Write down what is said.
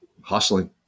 hustling